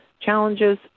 challenges